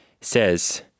says